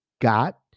got